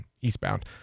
eastbound